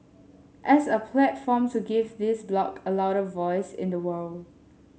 as a platform to give this bloc a louder voice in the world